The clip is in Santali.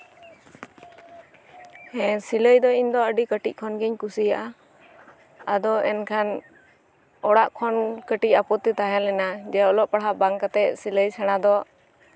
ᱦᱮᱸ ᱥᱤᱞᱟᱹᱭ ᱫᱚ ᱤᱧ ᱫᱚ ᱟᱹᱰᱤ ᱠᱟᱹᱴᱤᱡ ᱠᱷᱚᱱ ᱜᱤᱧ ᱠᱩᱥᱤᱭᱟᱜᱼᱟ ᱟᱫᱚ ᱮᱱᱠᱷᱟᱱ ᱚᱲᱟᱜ ᱠᱷᱚᱱ ᱠᱟᱹᱴᱤᱡ ᱟᱯᱚᱛᱛᱤ ᱛᱟᱦᱮᱸᱞᱮᱱᱟ ᱡᱮ ᱚᱞᱚᱜ ᱯᱟᱲᱦᱟᱜ ᱵᱟᱝ ᱠᱟᱛᱮ ᱥᱤᱞᱟᱹᱭ ᱥᱮᱬᱟ ᱫᱚ